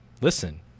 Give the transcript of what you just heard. Listen